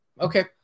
Okay